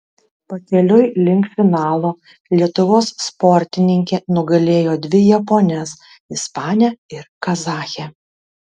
pakeliui link finalo lietuvos sportininkė nugalėjo dvi japones ispanę ir kazachę